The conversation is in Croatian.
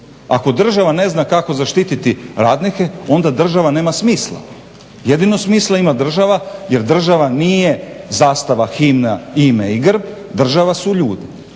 Ako država ne zna kako zaštititi radnike, onda država nema smisla. Jedino smisla ima država jer država nije zastava, himna, ime i grb, država su ljudi,